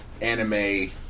anime